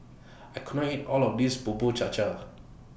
I can't eat All of This Bubur Cha Cha